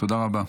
תודה רבה.